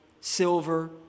silver